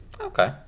Okay